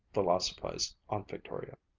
philosophized aunt victoria.